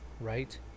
right